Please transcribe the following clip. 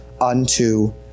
unto